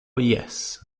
jes